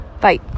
bye